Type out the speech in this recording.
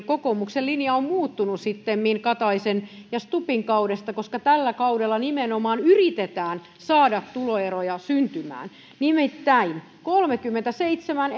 kokoomuksen linja on muuttunut sittemmin kataisen ja stubbin kaudesta koska tällä kaudella nimenomaan yritetään saada tuloeroja syntymään nimittäin kolmekymmentäseitsemän